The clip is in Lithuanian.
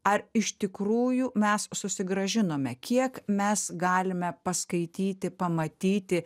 ar iš tikrųjų mes susigrąžinome kiek mes galime paskaityti pamatyti